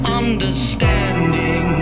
understanding